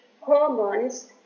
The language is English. Hormones